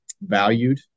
valued